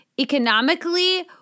economically